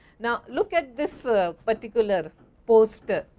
now, look at this ah particular poster.